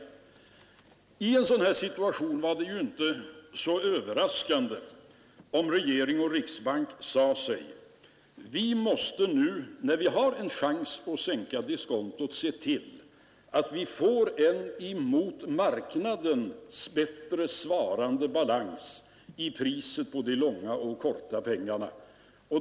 I en sådan situation var det inte så överraskande om regering och riksbank sade sig: Vi måste nu, när vi har en chans att sänka diskontot, se till att vi får en mot marknaden bättre svarande balans mellan priset på de långa och de korta pengarna.